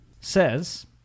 says